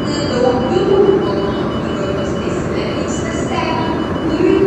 nedaug bylų kauno apygardos teisme vyksta stebint būriui